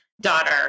daughter